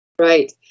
Right